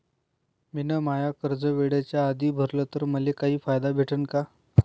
मिन माय कर्ज वेळेच्या आधी भरल तर मले काही फायदा भेटन का?